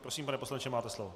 Prosím, pane poslanče, máte slovo.